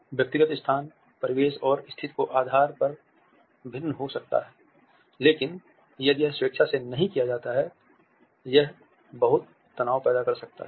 व्यक्तिगत स्थान परिवेश और स्थिति के आधार पर भिन्न होता है लेकिन यदि यह स्वेच्छा से नहीं किया जाता है यह बहुत तनाव पैदा कर सकता है